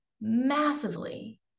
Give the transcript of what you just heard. massively